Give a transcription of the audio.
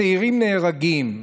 צעירים נהרגים.